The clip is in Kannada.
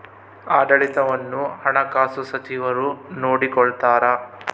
ಆಡಳಿತವನ್ನು ಹಣಕಾಸು ಸಚಿವರು ನೋಡಿಕೊಳ್ತಾರ